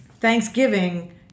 Thanksgiving